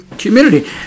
Community